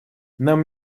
нам